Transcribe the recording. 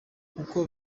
uko